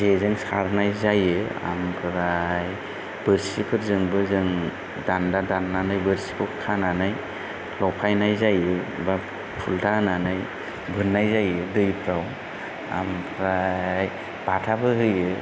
जेजों सारनाय जायो आमफ्राय बोरसिफोरजोंबो जों दान्दा दाननानै बोरसिखौ खानानै लफायनाय जायो बा फुलथा होनानै बोननाय जायो दैफ्राव आमफ्राय बाथाबो होयो